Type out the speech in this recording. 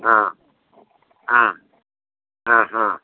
ആ ആ ആ ഹാ